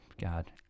God